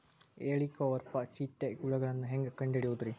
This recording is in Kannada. ಹೇಳಿಕೋವಪ್ರ ಚಿಟ್ಟೆ ಹುಳುಗಳನ್ನು ಹೆಂಗ್ ಕಂಡು ಹಿಡಿಯುದುರಿ?